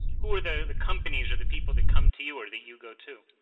who are the the companies or the people that come to you or that you go to?